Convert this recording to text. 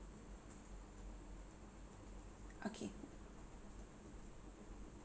okay